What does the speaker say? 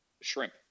shrimp